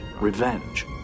revenge